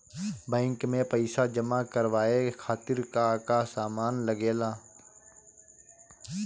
Bank में पईसा जमा करवाये खातिर का का सामान लगेला?